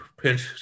pinch